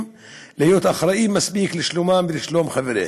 להיות אחראיים מספיק לשלומם ולשלום חבריהם.